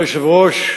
אדוני היושב-ראש,